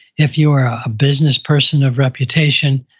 if you were a business person of reputation,